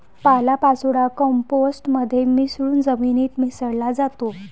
पालापाचोळा कंपोस्ट मध्ये मिसळून जमिनीत मिसळला जातो